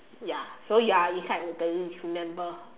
ya so you're inside the list remember